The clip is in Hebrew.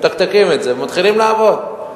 מתקתקים את זה ומתחילים לעבוד.